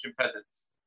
peasants